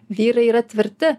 vyrai yra tvirti